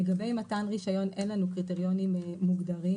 לגבי מתן רישיון, אין לנו קריטריונים מוגדרים.